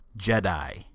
Jedi